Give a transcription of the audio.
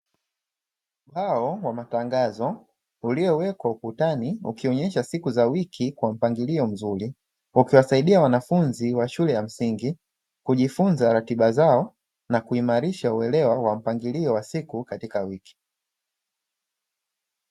Ubao wa matangazo uliowekwa ukutani ukionyesha siku za wiki kwa mpangilio mzuri, ukiwasaidia wanafunzi wa shule ya msingi kujifunza ratiba zao na kuimarisha uelewa wa mpangilio wa siku katika wiki.